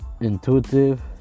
intuitive